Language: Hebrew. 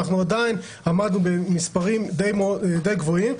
עדיין עמדנו במספרים די גבוהים.